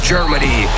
Germany